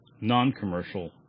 non-commercial